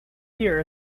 year